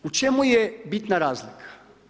U čemu je bitna razlika?